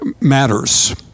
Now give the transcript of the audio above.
matters